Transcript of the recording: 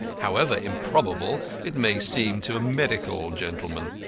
however improbable it may seem to medical gentlemen.